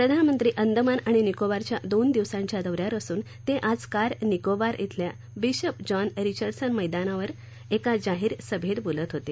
प्रधानमंत्री अंदमान आणि निकोबारच्या दोन दिवसांच्या दौ यावर असून ते आज कार निकोबार बेल्या बिशप जॉन रिचर्डसन मैदानात एका जाहीर सभेत बोलत होते